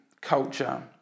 culture